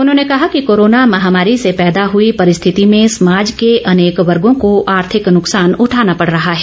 उन्होंने कहा कि कोरोना महामारी से पैदा हुई परिस्थिति में समाज के अनेक वर्गो को आर्थिक नुकसान उठाना पड़ रहा है